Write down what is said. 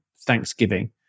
Thanksgiving